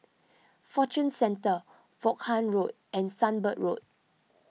Fortune Centre Vaughan Road and Sunbird Road